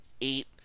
eight